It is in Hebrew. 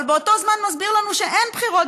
אבל באותו זמן מסביר לנו שאין בחירות